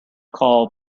call